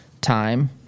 time